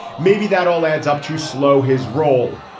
maybe that all adds up to slow his roll.